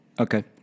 Okay